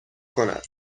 کند